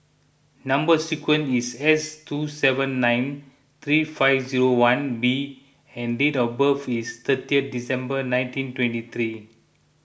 Number Sequence is S two seven nine three five zero one B and date of birth is thirtieth December nineteen twenty three